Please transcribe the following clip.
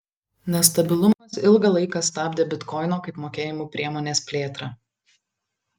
nestabilumas ilgą laiką stabdė bitkoino kaip mokėjimų priemonės plėtrą